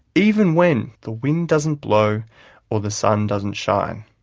even when the wind doesn't blow or the sun doesn't shine.